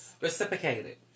reciprocated